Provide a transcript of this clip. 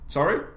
Sorry